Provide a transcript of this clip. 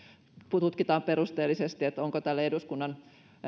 tutkitaan perusteellisesti onko tälle eduskunnan